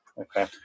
okay